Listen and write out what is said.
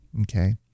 okay